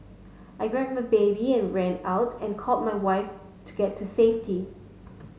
I grabbed my baby and ran out and called my wife to get to safety